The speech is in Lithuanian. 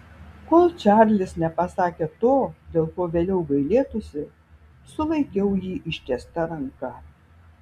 kol čarlis nepasakė to dėl ko vėliau gailėtųsi sulaikiau jį ištiesta ranka